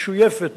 משויפת,